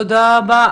תודה רבה.